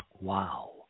Wow